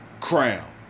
Crown